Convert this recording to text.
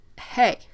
hey